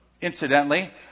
Incidentally